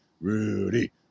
Rudy